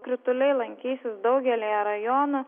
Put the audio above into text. krituliai lankysis daugelyje rajonų